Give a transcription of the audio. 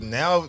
now